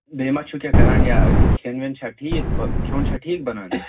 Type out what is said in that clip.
بیٚیہِ ما چھُو کیٚنہہ کران یا کھیٚن ویٚن چھا ٹھیٖک یا کھیٚوُن چھُوا ٹھیٖک بَنان